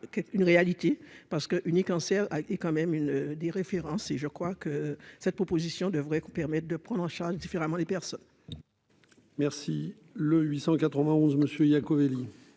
une réalité parce que Unicancer est quand même une des références et je crois que cette proposition devrait vous permettent de prendre en charge différemment les personnes. Merci le 891 Monsieur Iacovelli.